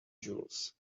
jewels